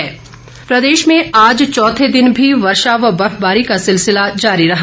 मौसम प्रदेश में आज चौथे दिन भी वर्षा व बर्फबारी का सिलसिला जारी रहा